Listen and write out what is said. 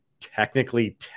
technically